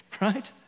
right